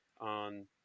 on